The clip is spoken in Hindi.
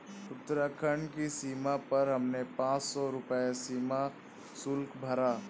उत्तराखंड की सीमा पर हमने पांच सौ रुपए सीमा शुल्क भरा